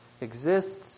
exists